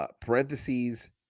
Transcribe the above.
Parentheses